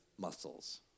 muscles